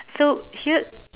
so here